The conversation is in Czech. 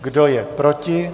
Kdo je proti?